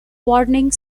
warning